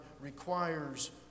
requires